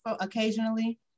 occasionally